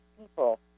people